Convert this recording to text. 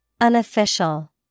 Unofficial